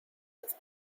with